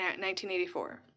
1984